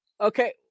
Okay